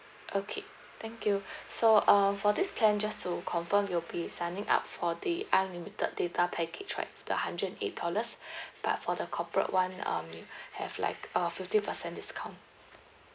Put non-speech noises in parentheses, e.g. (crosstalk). okay thank you (breath) so um for this plan just to confirm you'll be signing up for the unlimited data package right for the hundred and eight dollars (breath) but for the corporate one um you (breath) have like a fifty percent discount